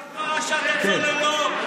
מה עם פרשת הצוללות?